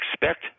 expect